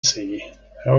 see—how